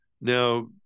Now